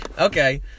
Okay